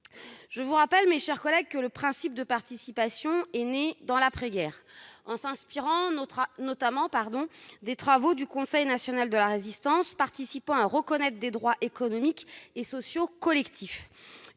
Je vous rappelle, mes chers collègues, que le principe de participation est né après-guerre, inspiration ayant été prise notamment des travaux du Conseil national de la Résistance participant à reconnaître des droits économiques et sociaux collectifs,